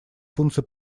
функций